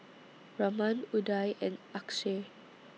Raman Udai and Akshay